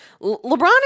LeBron